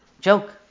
joke